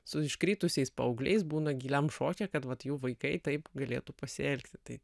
su iškritusiais paaugliais būna giliam šoke kad vat jų vaikai taip galėtų pasielgti tai